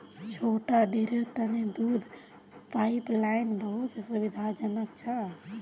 छोटा डेरीर तने दूध पाइपलाइन बहुत सुविधाजनक छ